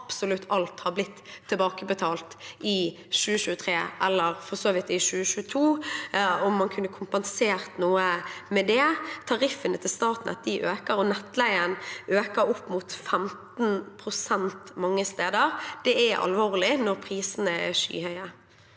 absolutt alt har blitt tilbakebetalt i 2023, eller for så vidt i 2022 – altså om man kunne kompensert noe med det. Tariffene til Statnett øker, og nettleien øker opp mot 15 pst. mange steder. Det er alvorlig når prisene er skyhøye.